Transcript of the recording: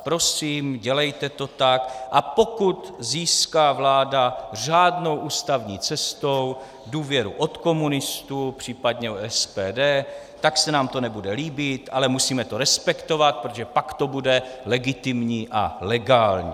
Prosím, dělejte to tak, a pokud získá vláda řádnou ústavní cestou důvěru od komunistů, případně od SPD, tak se nám to nebude líbit, ale musíme to respektovat, protože pak to bude legitimní a legální.